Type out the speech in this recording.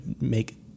make